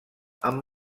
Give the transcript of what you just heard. amb